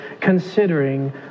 considering